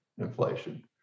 inflation